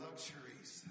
Luxuries